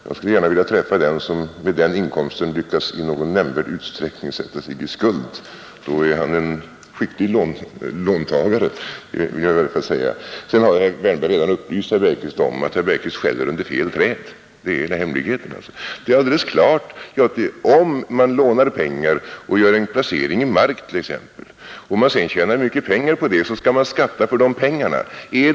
Jag skulle gärna vilja träffa den som med den inkomsten lyckats i någon nämnvärd utsträckning sätta sig i skuld — då är han en skicklig låntagare, det vill jag gärna säga. Herr Wärnberg har redan upplyst herr Bergqvist om att herr Bergqvist skäller under fel träd. Det är alldeles klart att om man lånar pengar och gör en placering t.ex. i mark och sedan tjänar mycket på det, så skall man skatta för de pengarna.